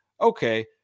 okay